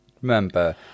Remember